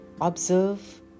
Observe